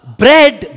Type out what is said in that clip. bread